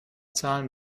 zahlen